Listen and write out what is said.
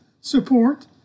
support